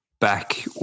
back